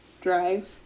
drive